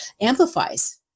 amplifies